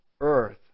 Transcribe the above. earth